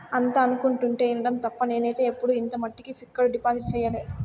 అంతా అనుకుంటుంటే ఇనడం తప్ప నేనైతే ఎప్పుడు ఇంత మట్టికి ఫిక్కడు డిపాజిట్ సెయ్యలే